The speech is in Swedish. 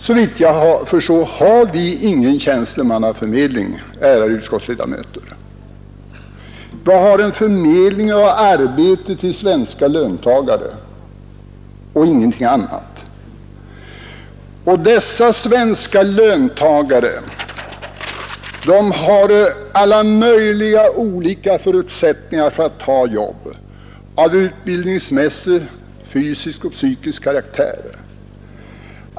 Såvitt jag förstår har vi ingen tjänstemannaförmedling, ärade utskottsledamöter. Vi har en förmedling av arbete till svenska löntagare och ingenting annat. Dessa svenska löntagare har alla möjliga olika förutsättningar av utbildningsmässig, fysisk och psykisk karaktär för att ta jobb.